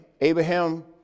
Abraham